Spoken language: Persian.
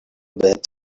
بهت